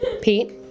Pete